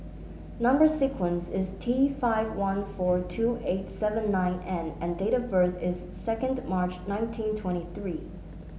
number sequence is T five one four two eight seven nine N and date of birth is second March nineteen twenty three